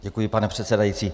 Děkuji, pane předsedající.